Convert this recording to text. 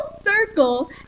circle